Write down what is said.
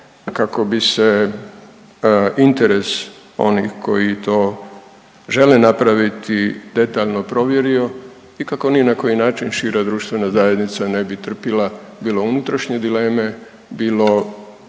kako bi se interes onih koji to žele napraviti detaljno provjerio i kako ni na koji način šira društvena zajednica ne bi trpila, bilo unutrašnje dileme, bilo